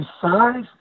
size